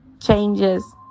changes